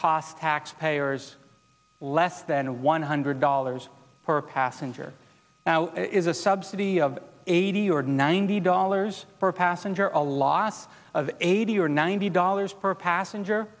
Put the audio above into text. cost taxpayers less than one hundred dollars per passenger is a subsidy of eighty or ninety dollars per passenger a loss of eighty or ninety dollars per passenger